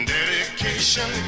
Dedication